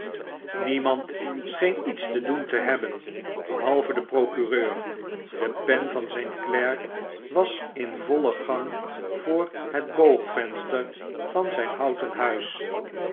niemand scheen iets te doen te hebben behalve de procureur de pen van zyn klerk was in vollen gang voor het boogvenster van zijn houten huis